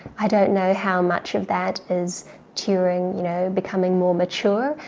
i don't know how much of that is turing you know becoming more mature.